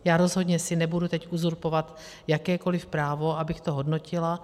Já si rozhodně nebudu teď uzurpovat jakékoliv právo, abych to hodnotila.